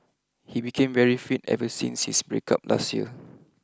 he became very fit ever since his break up last year